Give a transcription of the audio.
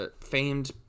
famed